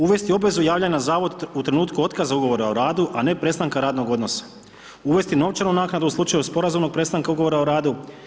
Uvesti obvezu javljanja na Zavod u trenutku otkaza ugovora o radu a ne prestanka radnog odnosa, uvesti novčanu naknadu u slučaju sporazumnog prestanka ugovora o radu.